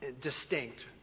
distinct